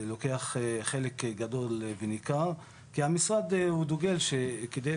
שלוקח חלק גדול וניכר כי המשרד דוגל שכדי